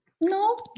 no